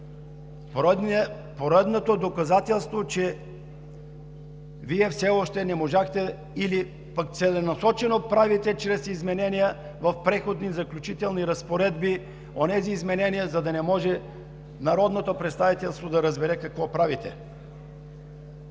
Поредното доказателство, че Вие все още не можете, или пък целенасочено в Преходните и заключителните разпоредби правите онези изменения, за да не може народното представителство да разбере какво правите.